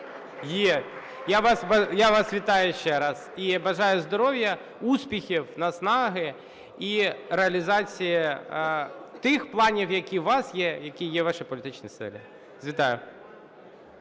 Я вас вітаю ще раз і бажаю здоров'я, успіхів, наснаги і реалізації тих планів, які у вас є, які є у вашій політичній силі. Вітаю!